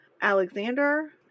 Alexander